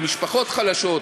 למשפחות חלשות,